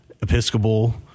Episcopal